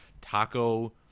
taco